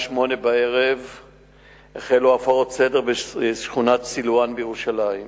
20:00 החלו הפרות סדר בשכונת סילואן בירושלים.